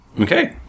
Okay